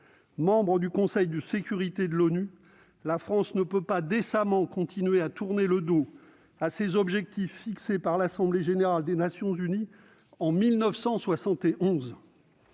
Membre du Conseil de sécurité de l'ONU, la France ne peut pas décemment continuer à tourner le dos à ces objectifs fixés par l'Assemblée générale des Nations unies en 1971